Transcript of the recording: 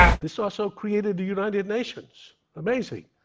this also created the united nations. amazing.